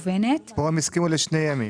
המקוונת (בסעיף זה - השימוע) פה הם הסכימו לשני ימים.